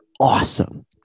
awesome